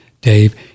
Dave